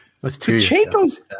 Pacheco's